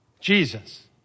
Jesus